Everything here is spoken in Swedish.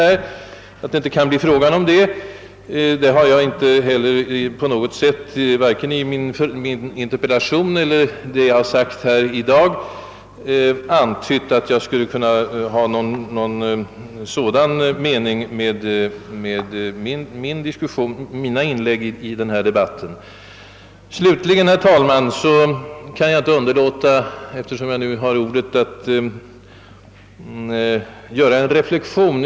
Varken i min interpellation eller i vad jag anfört i dag har jag på något sätt antytt att jag skulle ha åsyftat en skattesänkning. Medan jag nu har ordet kan jag inte underlåta att göra ytterligare en reflexion.